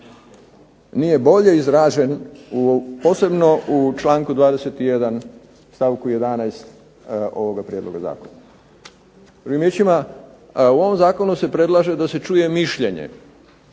nije bolje izražen, posebno u članku 21. stavku 11. ovoga prijedloga zakona. Drugim riječima, u ovom Zakonu se predlaže da se čuje mišljenje